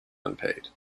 unpaid